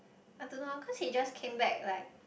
I don't know cause he just came back like